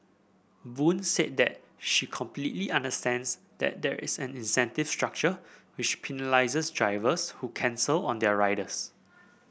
Boon said that she completely understands that there is an incentive structure which penalises drivers who cancel on their riders